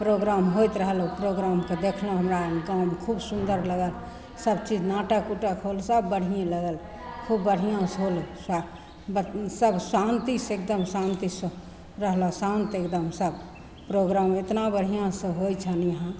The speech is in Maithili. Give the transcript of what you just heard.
प्रोग्राम होइत रहल ओ प्रोग्रामके देखलहुँ हमरा गाममे खूब सुन्दर लागत सबचीज नाटक उटक होल सब बढ़िएँ लागल खूब बढ़िआँसे होल सब शान्तिसे एकदम शान्तिसे रहलहुँ शान्त एगदम सब प्रोग्राम एतना बढ़िआँसे होइ छन यहाँ